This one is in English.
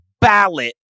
ballot